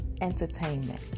entertainment